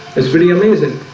it's pretty amazing